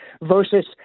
versus